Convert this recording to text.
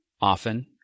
Often